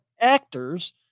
actors